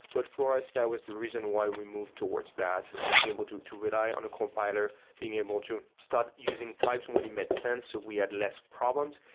but for us, that was the reason why we move towards that, being able to to rely on a compiler, being able to start using types and when it made sense so we had less problems,